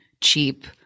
cheap –